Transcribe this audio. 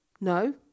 No